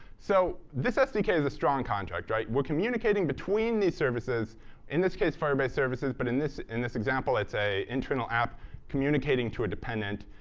so this sdk is a strong contract. right? we're communicating between these services in this case firebase services, but in this in this example it's an internal app communicating to a dependent.